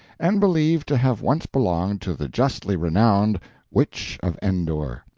and believed to have once belonged to the justly-renowned witch of endor.